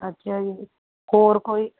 ਅੱਛਾ ਜੀ ਹੋਰ ਕੋਈ